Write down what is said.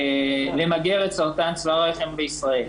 למגר את סרטן צוואר הרחם בישראל.